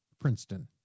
Princeton